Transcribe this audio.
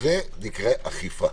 זה נקרא אכיפה.